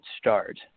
start